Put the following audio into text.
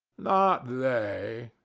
not they.